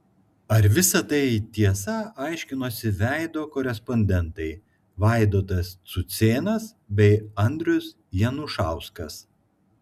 ar visa tai tiesa aiškinosi veido korespondentai vaidotas cucėnas bei andrius janušauskas